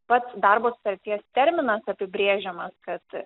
pats darbo sutarties terminas apibrėžiamas kad